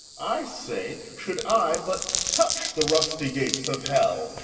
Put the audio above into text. i say, should i but touch the rusty gates of hell,